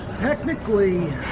Technically